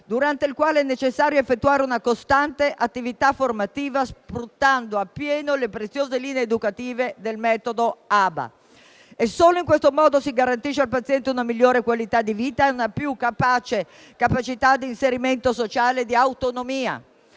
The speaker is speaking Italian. durante il quale è necessario effettuare una costante attività formativa, sfruttando a pieno le preziose linee educative del metodo ABA. Solo in questo modo si garantisce al paziente una migliore qualità della vita e una più facile capacità di inserimento sociale e di autonomia.